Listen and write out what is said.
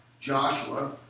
Joshua